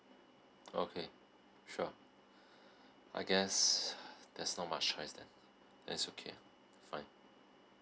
okay sure I guess there's not much choice then that's okay ah fine